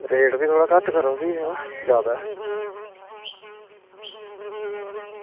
rate बी थोह्ड़ा घट्ट करो भी जादै